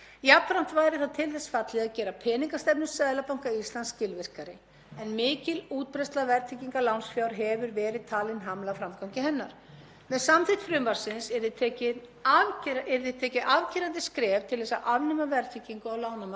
Með samþykkt frumvarpsins yrði tekið afgerandi skref til að afnema verðtryggingu á lánamarkaði fyrir neytendur og koma á sambærilegu lánaumhverfi við flest önnur lönd þar sem lánsfé er einfaldlega verðlagt með vöxtum.